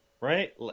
right